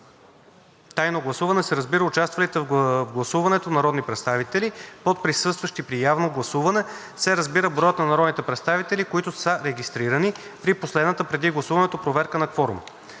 тайно гласуване се разбира участвалите в гласуването народни представители. Под „присъстващи“ при явно гласуване се разбира броят на народните представители, които са регистрирани при последната преди гласуването проверка на кворума.“